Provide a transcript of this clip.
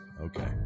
Okay